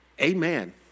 amen